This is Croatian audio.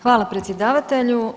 Hvala predsjedavatelju.